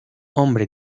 hombre